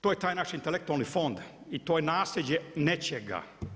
To je taj naš intelektualni fond i to nasljeđe nečega.